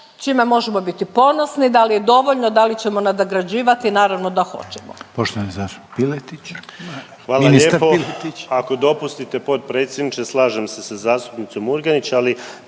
čime možemo biti ponosni. Da li je dovoljno? Da li ćemo nadograđivati? Naravno da hoćemo.